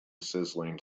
sizzling